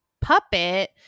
puppet